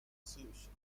solution